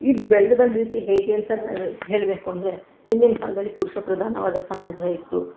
ಈ ಬೆಳ್ದು ಬಂದ ರೀತಿ ಹೇಗೆ ಅಂತ ಹೇಳಬೇಕು ಅಂದರೆ ಹಿಂದಿನ ಕಾಲದಲ್ಲಿ ಪುರುಷ ಪ್ರಧಾನವಾದ ಸಮಾಜ ಇತ್ತು